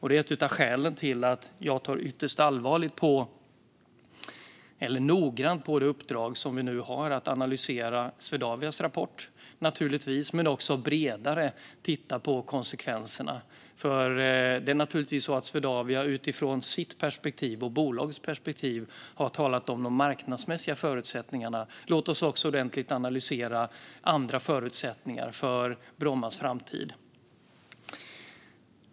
Det är ett av skälen till att jag är väldigt noggrann med det uppdrag som vi nu har att analysera Swedavias rapport, naturligtvis, men också att bredare titta på konsekvenserna. Det är ju naturligtvis så att Swedavia utifrån sitt och bolagets perspektiv har talat om de marknadsmässiga förutsättningarna. Låt oss också ordentligt analysera andra förutsättningar för Brommas framtid.